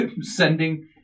Sending